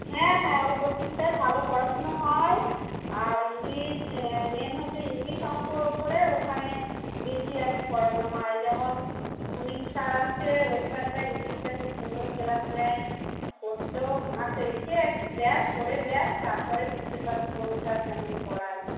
হ্যাঁ হ্যাঁ ও কোচিংটায় ভালো পড়াশুনো হয় আর ইংলিশ মেন হচ্ছে ইংলিশ অঙ্ক উপরে ওখানে বেশি এক পড়ানো হয় যেমন সুনীল স্যার আছে ওই সারটা ইংলিশটা একটু সুন্দর ক্লাস নেয় করত আচ্ছা এসে একটু দেখ পড়ে দেখ তারপরেই বুঝতে পারবি কোন স্যার কেমন পড়ায়